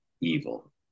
evil